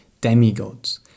demigods